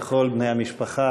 לכל בני המשפחה,